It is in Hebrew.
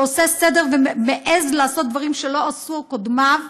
שעושה סדר ומעז לעשות דברים שלא עשו קודמיו,